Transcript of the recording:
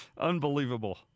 Unbelievable